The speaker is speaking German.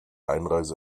einreise